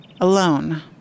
Alone